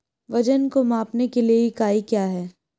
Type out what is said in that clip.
वजन को मापने के लिए इकाई क्या है?